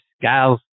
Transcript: gals